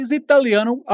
italiano